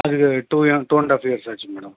அதுக்கு two years two and half years ஆச்சுங்க madam